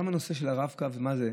גם נושא הרב-קו, מה זה?